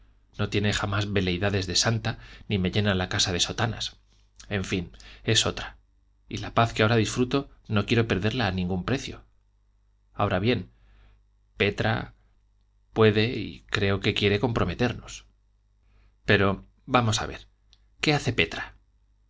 no tiene jamás veleidades de santa ni me llena la casa de sotanas en fin es otra y la paz que ahora disfruto no quiero perderla a ningún precio ahora bien petra puede y creo que quiere comprometernos pero vamos a ver qué hace petra